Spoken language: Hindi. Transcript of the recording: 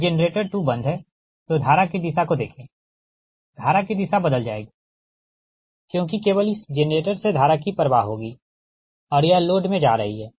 जब जेनरेटर 2 बंद है तो धारा की दिशा को देखें धारा की दिशा बदल जाएगी क्योंकि केवल इस जेनरेटर से धारा की प्रवाह होगी और यह लोड में जा रही है